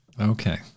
Okay